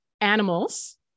animals